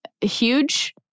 huge